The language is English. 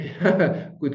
Good